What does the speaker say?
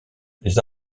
les